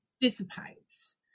dissipates